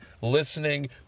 listening